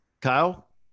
Kyle